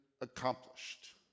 accomplished